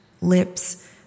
lips